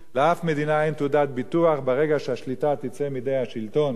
ברגע שהשליטה תצא מידי השלטון ותעבור לידי ההמון,